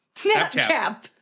Snapchat